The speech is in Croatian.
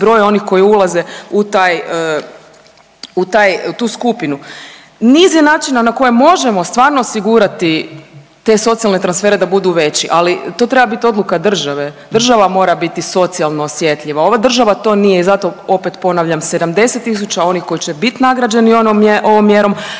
broj onih koji ulaze u taj, u taj, u tu skupinu. Niz je načina na koje možemo stvarno osigurati te socijalne transfere da budu veći, ali to treba bit odluka države, država mora biti socijalno osjetljiva, ova država to nije i zato opet ponavljam, 70 tisuća onih koji će bit nagrađeni ovom mjerom,